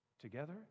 Together